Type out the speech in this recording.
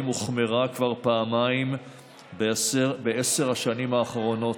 הוחמרה כבר פעמיים בעשר השנים האחרונות.